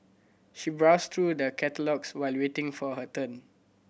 she browsed through the catalogues while waiting for her turn